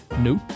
Nope